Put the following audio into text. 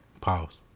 Pause